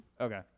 Okay